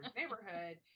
neighborhood